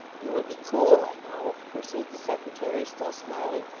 you would be cool, i know pursued the secretary, still smiling,